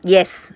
yes